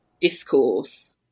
discourse